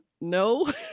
no